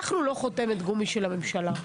אנחנו לא חותמת גומי של הממשלה.